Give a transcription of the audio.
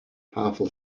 powerful